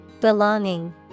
Belonging